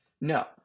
No